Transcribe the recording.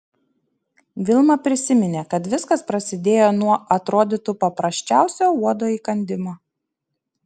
vilma prisiminė kad viskas prasidėjo nuo atrodytų paprasčiausio uodo įkandimo